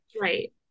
right